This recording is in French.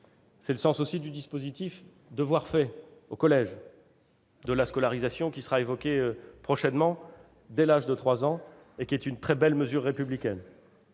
C'est le sens du dispositif « Devoirs faits » au collège, de la scolarisation obligatoire, évoquée prochainement, dès l'âge de 3 ans, qui est une très belle mesure républicaine.